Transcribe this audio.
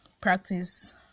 practice